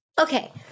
Okay